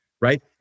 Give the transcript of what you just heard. right